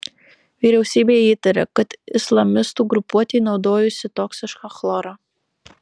vyriausybė įtaria kad islamistų grupuotė naudojusi toksišką chlorą